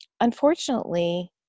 unfortunately